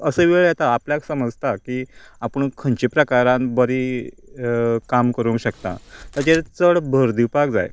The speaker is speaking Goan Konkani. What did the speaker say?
असो वेळ येता आपल्याक समजता की आपूण खंयचे प्रकारांत बरी काम करूंक शकतां ताचेर चड भर दिवपाक जाय